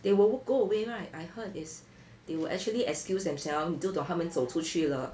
they will wal~ go away [right] I heard is they will actually excuse themselves 你就懂他们走出去了